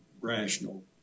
rational